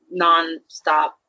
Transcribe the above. nonstop